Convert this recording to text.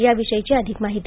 याविषयी अधिक माहिती